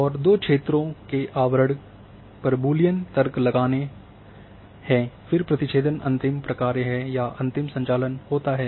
और दो क्षेत्रों आवरणों पर बूलियन तर्क लगते हैं फिर प्रतिछेदन अंतिम प्रकार्य हैं या अंतिम संचालन होता है